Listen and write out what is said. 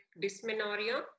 dysmenorrhea